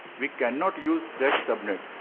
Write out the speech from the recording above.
we cannot use that subnet.